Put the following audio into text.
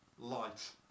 light